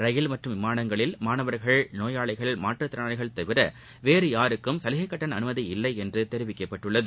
ரயில் மற்றும் விமானங்களில் மாணவர்கள் நோயாளிகள் மாற்றுத்திறனாளிகள் தவிர வேறு யாருக்கும் சலுகை கட்டண அனுமதி இல்லை என்றும் தெரிவிக்கப்பட்டுள்ளது